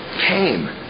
came